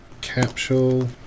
capsule